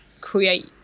create